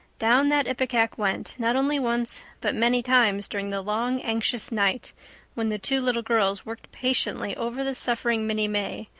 down that ipecac went, not only once, but many times during the long, anxious night when the two little girls worked patiently over the suffering minnie may,